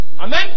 Amen